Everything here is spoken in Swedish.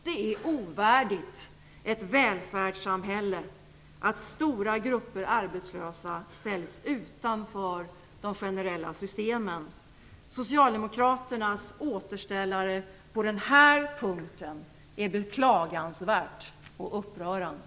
Det är ovärdigt ett välfärdssamhälle att stora grupper arbetslösa ställs utanför de generella systemen. Socialdemokraternas återställare på denna punkt är beklagansvärt och upprörande.